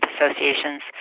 Association's